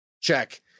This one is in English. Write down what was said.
Check